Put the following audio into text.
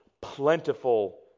plentiful